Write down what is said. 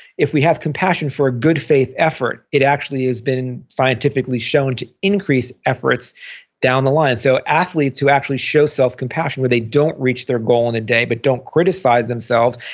if we have compassion for a good faith effort, it actually has been scientifically shown to increase efforts down the line. so athletes who actually show self-compassion where they don't reach their goal in a day, but don't criticize themselves,